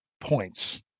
points